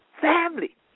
family